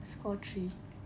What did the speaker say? score three